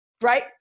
right